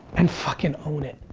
and fucking own it.